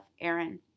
Aaron